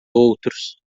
outros